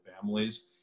families